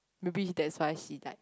maybe that's why she like